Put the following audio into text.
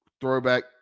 throwback